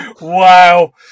wow